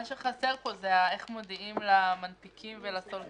מה שחסר פה הוא איך מודיעים למנפיקים ולסולקים.